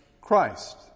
Christ